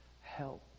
help